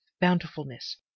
bountifulness